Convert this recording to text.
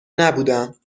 نبودم